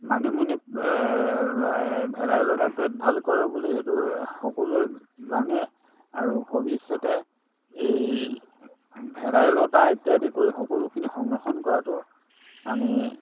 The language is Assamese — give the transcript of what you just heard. মানিমুনি ভেদাইলতাই পেট ভাল কৰে বুলি সেইটো সকলোৱে জানে আৰু ভৱিষ্যতে এই ভেদাইলতা ইত্যাদি কৰি সকলোখিনি সংৰক্ষণ কৰাটো আমি